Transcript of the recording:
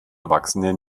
erwachsene